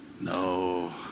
No